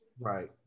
right